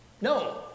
No